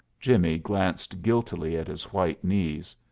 jimmie glanced guiltily at his white knees.